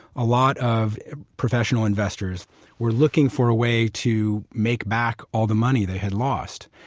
a lot of professional investors were looking for a way to make back all the money they had lost,